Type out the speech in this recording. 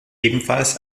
ebenfalls